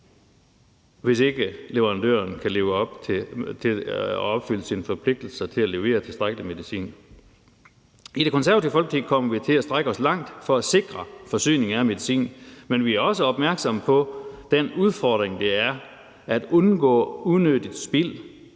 hvis ikke leverandøren kan leve op til at opfylde sine forpligtelser til at levere tilstrækkelig med medicin. I Det Konservative Folkeparti kommer vi til at strække os langt for at sikre forsyning af medicin, men vi er også opmærksomme på den udfordring, det er at undgå unødigt spild